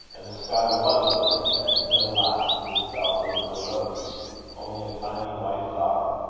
and the sky was over its head but, alas! itself was no rose only a tiny white flower.